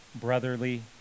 brotherly